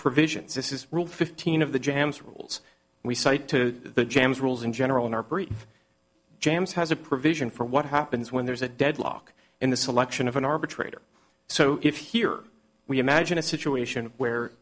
provisions this is rule fifteen of the jambs rules we cite to jamz rules in general in our brief jams has a provision for what happens when there's a deadlock in the selection of an arbitrator so if here we imagine a situation where